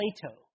Plato